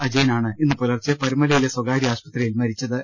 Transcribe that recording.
അജ യൻ ആണ് ഇന്ന് പുലർച്ചെ പരുമലയിലെ സ്ഥകാര്യ ആശുപത്രിയിൽ മരിച്ചത്